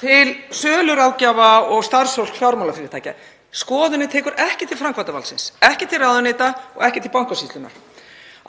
til söluráðgjafa og starfsfólks fjármálafyrirtækja. Skoðunin tekur ekki til framkvæmdarvaldsins, ekki til ráðuneyta og ekki til Bankasýslunnar.